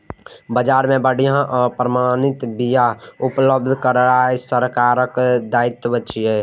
बाजार मे बढ़िया आ प्रमाणित बिया उपलब्ध करेनाय सरकारक दायित्व छियै